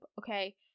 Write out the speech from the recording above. okay